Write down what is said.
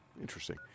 interesting